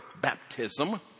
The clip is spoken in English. baptism